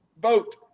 vote